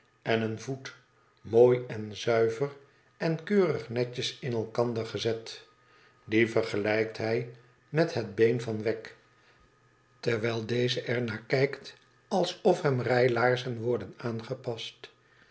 en een voet mooi en zuiver en keurig netjes in elkander gezet die vergelijkt hij met het been van wegg terwijl deze er naar kijkt alsof hem rijlaarzen worden aangepast